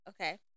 Okay